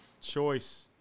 choice